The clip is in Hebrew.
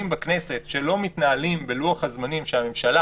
בכנסת שלא מתנהלים בלוח הזמנים שהממשלה